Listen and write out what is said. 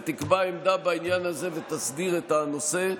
תקבע עמדה בעניין הזה ותסדיר את הנושא.